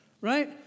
right